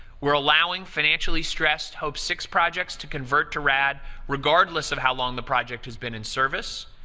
we're allowing financially stressed hope six projects to convert to rad regardless of how long the project has been in service,